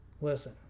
listen